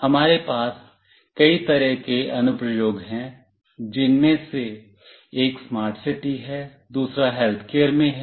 हमारे पास कई तरह के अनुप्रयोग हैं जिनमें से एक स्मार्ट सिटी है दूसरा हेल्थकेयर में है